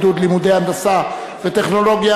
עידוד לימודי הנדסה וטכנולוגיה),